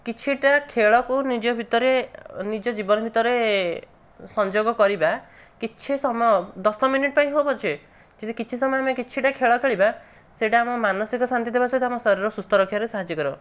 କିଛିଟା ଖେଳକୁ ନିଜ ଭିତରେ ନିଜ ଜୀବନ ଭିତରେ ସଂଯୋଗ କରିବା କିଛି ସମୟ ଦଶ ମିନିଟ୍ ପାଇଁ ହେଉ ପଛେ ଯଦି କିଛି ସମୟ ଆମେ କିଛିଟା ଖେଳ ଖେଳିବା ସେଇଟା ଆମ ମାନସିକ ଶାନ୍ତି ଦେବା ସହିତ ଆମ ଶରୀର ସୁସ୍ଥ ରଖିବାରେ ସାହାଯ୍ୟ କରିବ